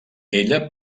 ella